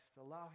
Allow